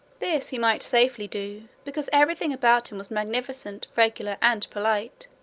this he might safely do because every thing about him was magnificent, regular, and polite.